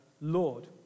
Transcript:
Lord